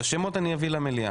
את השמות אני אביא למליאה.